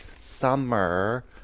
summer